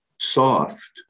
soft